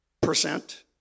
percent